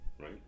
right